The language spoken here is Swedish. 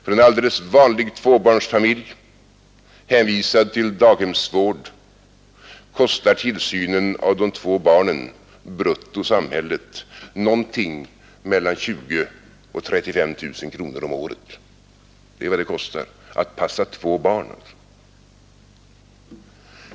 För en alldeles vanlig tvåbarnsfamilj, hänvisad till daghemsvård, kostar tillsynen av de två barnen samhället brutto mellan 20 000 och 35 000 kronor om året. Det är vad det kostar att passa två barn.